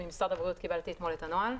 ממשרד הבריאות קיבלתי אתמול את הנוהל.